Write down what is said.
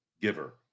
giver